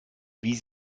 wie